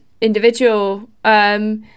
individual